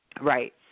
Right